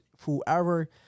whoever